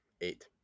eight